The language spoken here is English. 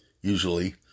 usually